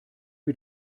wie